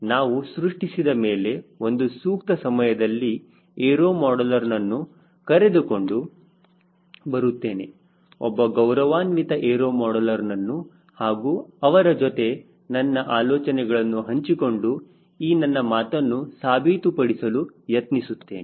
ನಾವು ಸೃಷ್ಟಿಸಿದ ಮೇಲೆ ಒಂದು ಸೂಕ್ತ ಸಮಯದಲ್ಲಿ ಏರೋ ಮಾಡಲರ್ನನ್ನು ಕರೆದುಕೊಂಡು ಬರುತ್ತೇನೆ ಒಬ್ಬ ಗೌರವಾನ್ವಿತ ಏರೋ ಮಾಡಲರ್ನನ್ನು ಹಾಗೂ ಅವರ ಜೊತೆ ನನ್ನ ಆಲೋಚನೆಗಳನ್ನು ಹಂಚಿಕೊಂಡು ಈ ನನ್ನ ಮಾತನ್ನು ಸಾಬೀತುಪಡಿಸಲು ಯತ್ನಿಸುತ್ತೇನೆ